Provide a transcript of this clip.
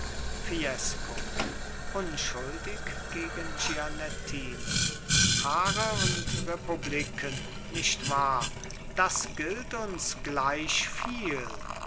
fiesco unschuldig gegen gianettino haare und republiken nicht wahr das gilt uns gleichviel